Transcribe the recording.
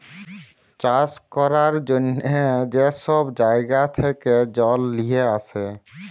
চাষ ক্যরার জ্যনহে যে ছব জাইগা থ্যাকে জল লিঁয়ে আসে